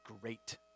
great